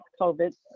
COVID